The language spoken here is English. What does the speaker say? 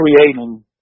creating